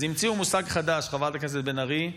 אז המציאו מושג חדש, חברת הכנסת בן ארי: